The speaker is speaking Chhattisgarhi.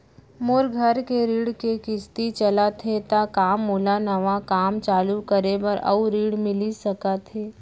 मोर घर के ऋण के किसती चलत हे ता का मोला नवा काम चालू करे बर अऊ ऋण मिलिस सकत हे?